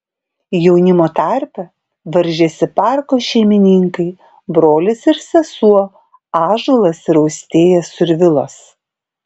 jaunimo tarpe varžėsi parko šeimininkai brolis ir sesuo ąžuolas ir austėja survilos